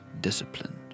discipline